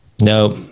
Nope